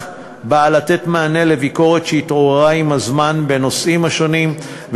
ומנגד היא באה לתת מענה על הביקורת שהתעוררה עם הזמן בנושאים שונים,